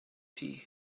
tea